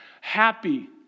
Happy